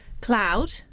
Cloud